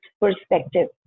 perspective